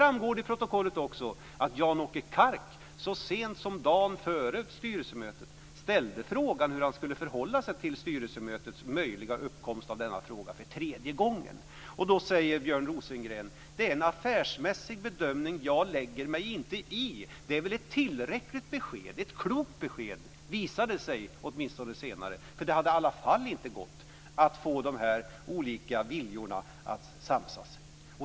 Av protokollet framgår också att Jan-Åke Kark så sent som dagen före styrelsemötet frågade Björn Rosengren hur man skulle förhålla sig till möjligheten att frågan kom upp vid styrelsemötet för tredje gången. Då svarade ministern att det var en affärsmässig bedömning som han inte lade sig i. Det är väl ett tillräckligt besked? Det var ett klokt besked visade det sig, åtminstone senare. Det hade i alla fall inte gått att få de olika viljorna att samsas.